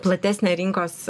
platesnę rinkos